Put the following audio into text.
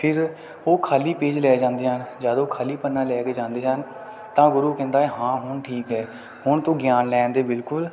ਫੇਰ ਉਹ ਖਾਲੀ ਪੇਜ ਲੈ ਜਾਂਦੇ ਹਨ ਜਦ ਉਹ ਖਾਲੀ ਪੰਨਾ ਲੈ ਕੇ ਜਾਂਦੇ ਹਨ ਤਾਂ ਗੁਰੂ ਕਹਿੰਦਾ ਹੈ ਹਾਂ ਹੁਣ ਠੀਕ ਹੈ ਹੁਣ ਤੂੰ ਗਿਆਨ ਲੈਣ ਦੇ ਬਿਲਕੁਲ